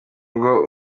rugo